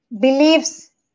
believes